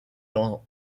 dans